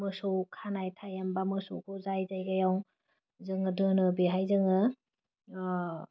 मोसौ खानाय टाइम बा मोसौखौ जाय जायगायाव जोङो दोनो बेहाय जोङो